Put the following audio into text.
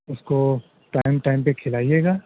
اس کو time time پہ کھلائیے گا